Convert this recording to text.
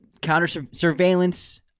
counter-surveillance